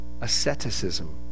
asceticism